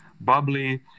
Bubbly